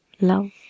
love